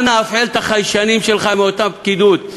אנא הפעל את החיישנים שלך עם אותה פקידות.